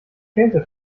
kälte